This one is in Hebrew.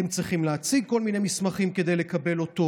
הם צריכים להציג כל מיני מסמכים כדי לקבל אותו,